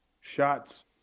shots